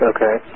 Okay